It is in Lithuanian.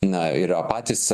na yra patys